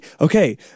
Okay